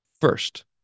First